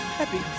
happy